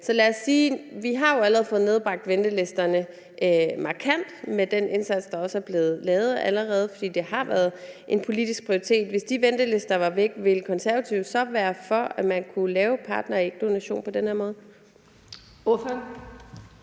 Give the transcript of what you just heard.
Så lad os sige, at vi jo allerede har fået nedbragt ventelisterne markant med den indsats, der også allerede er blevet lavet, fordi det har været en politisk prioritet. Hvis de ventelister var væk, ville Konservative så være for, at man på den måde kunne lave partnerægdonation? Kl. 12:18 Den fg. formand